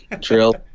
drill